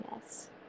Yes